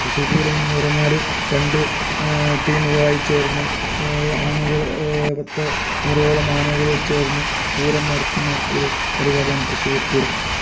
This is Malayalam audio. തൃശ്ശൂർ പൂരം എന്ന് പറഞ്ഞാൽ രണ്ട് ടീമുകളായി ചേർന്ന് ആനകൾ പത്ത് നൂറോളം ആനകൾ ചേർന്ന് പൂരം നടത്തുന്ന ഒരു പരിപാടിയാണ് തൃശ്ശൂർ പൂരം